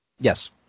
Yes